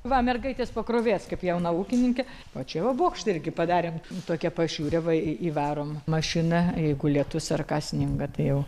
va mergaitės pakrovės kaip jauna ūkininkė o čia va bokštą irgi padarėm tokią pašiūrę va į į įvarom mašiną jeigu lietus ar ką sninga tai jau